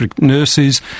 nurses